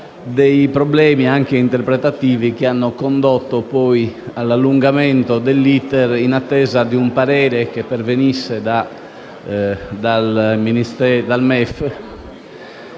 dei problemi anche interpretativi che hanno condotto all'allungamento dell'*iter* in attesa di un parere che pervenisse dal MEF